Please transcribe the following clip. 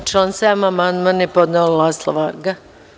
Na član 7. amandman je podneo Laslo Varga.